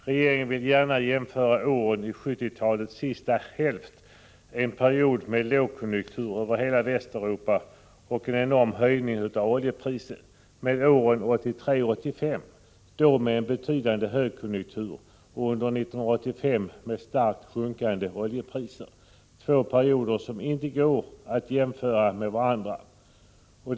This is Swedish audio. Regeringen vill gärna jämföra åren i 1970-talets sista hälft, en period med lågkonjunktur över hela Västeuropa och en enorm höjning av oljepriset, med åren 1983-1985 med en betydande högkonjunktur och under 1985 starkt sjunkande oljepriser. Det är två perioder som inte går att jämföra med varandra.